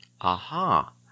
Aha